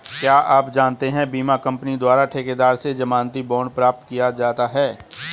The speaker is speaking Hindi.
क्या आप जानते है बीमा कंपनी द्वारा ठेकेदार से ज़मानती बॉण्ड प्रदान किया जाता है?